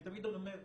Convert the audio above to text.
אני תמיד אומר,